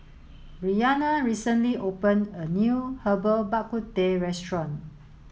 Bryanna recently opened a new Herbal Bak Ku Teh restaurant